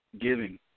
giving